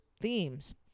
themes